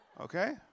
Okay